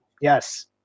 Yes